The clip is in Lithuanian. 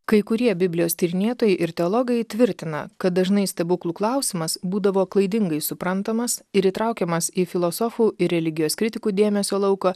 kai kurie biblijos tyrinėtojai ir teologai tvirtina kad dažnai stebuklų klausimas būdavo klaidingai suprantamas ir įtraukiamas į filosofų ir religijos kritikų dėmesio lauko